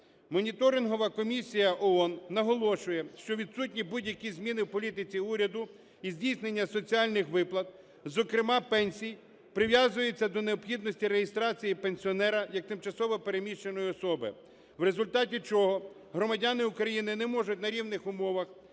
Моніторингова комісія ООН наголошує, що відсутні будь-які зміни в політиці уряду і здійснення соціальних виплат, зокрема пенсій, прив'язується до необхідності реєстрації пенсіонера як тимчасово переміщеної особи. В результаті чого громадяни України не можуть на рівних умовах